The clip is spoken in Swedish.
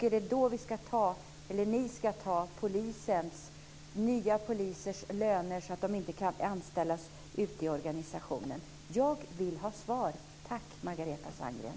Är det då ni ska ta nya polisers löner så att de inte kan anställas ute i organisationen? Jag vill ha svar, tack, Margareta Sandgren!